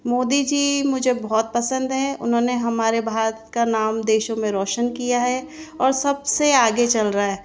मोदी जी मुझे बहुत पसंद हैं उन्होंने हमारे भारत का नाम देशों में रौशन किया है ओर सबसे आगे चल रहा है